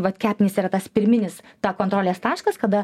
vat kepenys yra tas pirminis ta kontrolės taškas kada